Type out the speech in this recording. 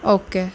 okay